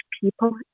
people